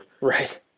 Right